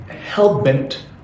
hell-bent